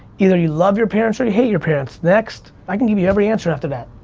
either you love your parents or you hate your parents, next. i can give you every answer after that.